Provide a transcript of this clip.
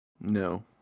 No